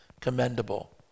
commendable